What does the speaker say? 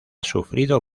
sufrido